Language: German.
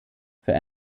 für